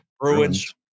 Bruins